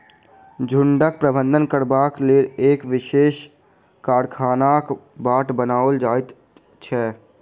झुंडक प्रबंधन करबाक लेल एक विशेष खाकाक बाट बनाओल जाइत छै